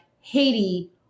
haiti